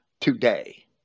today